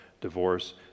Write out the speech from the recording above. divorce